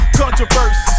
controversy